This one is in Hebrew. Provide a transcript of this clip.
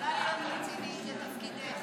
יכולה להיות רצינית, זה תפקידך.